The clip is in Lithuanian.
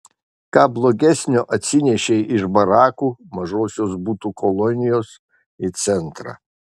ką blogesnio atsinešei iš barakų mažosios butų kolonijos į centrą